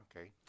okay